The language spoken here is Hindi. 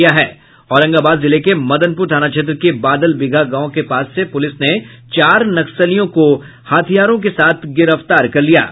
औरंगाबाद जिले के मदनपुर थाना क्षेत्र के बादलबीघा गांव के पास से पुलिस ने चार नक्सलियों को हथियार के साथ गिरफ्तार किया है